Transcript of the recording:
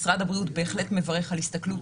משרד הבריאות בהחלט מברך על הסתכלות